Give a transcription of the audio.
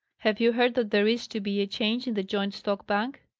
have you heard that there is to be a change in the joint-stock bank?